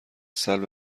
سلب